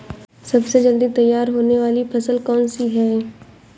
सबसे जल्दी तैयार होने वाली फसल कौन सी है?